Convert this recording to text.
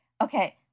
Okay